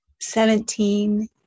seventeen